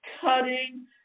cutting